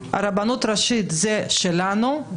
הרבנות הראשית זה שלנו,